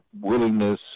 willingness